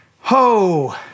Ho